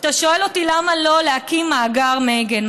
אתה שואל אותי למה לא להקים מאגר מייגן,